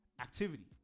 activity